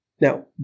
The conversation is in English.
Now